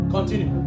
Continue